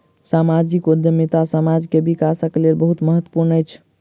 सामाजिक उद्यमिता समाज के विकासक लेल बहुत महत्वपूर्ण अछि